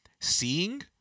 seeing